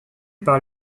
par